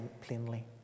plainly